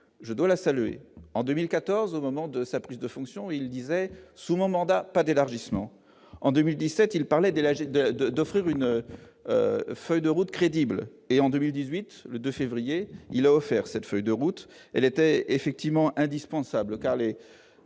je dois saluer en 2014 au moment de sa prise de fonction, il disait souvent mandat pas d'élargissement en 2017, il parlait de l'âge de, de, d'offrir une feuille de route, crédible et en 2018 le 2 février il a offert cette feuille de route, elle était effectivement indispensable Karl